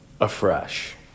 afresh